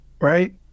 right